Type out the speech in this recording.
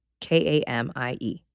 K-A-M-I-E